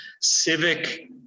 civic